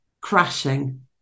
crashing